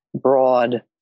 broad